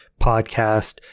podcast